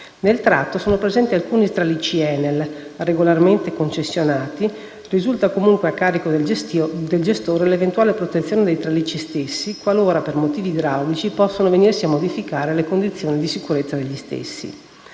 Nel tratto sono presenti alcuni tralicci ENEL, regolarmente concessionati. Risulta comunque a carico del gestore l'eventuale protezione dei tralicci stessi qualora, per motivi idraulici, possano venirsi a modificare le condizioni di sicurezza degli stessi.